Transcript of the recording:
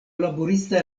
laborista